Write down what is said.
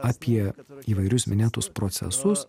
apie įvairius minėtus procesus